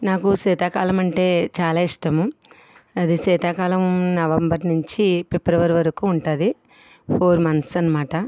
నాకు శీతాకాలం అంటే చాలా ఇష్టము అది శీతాకాలం నవంబర్ నుంచి ఫిబ్రవరి వరకు ఉంటుంది ఫోర్ మంత్స్ అన్నమాట